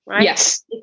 yes